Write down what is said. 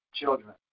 children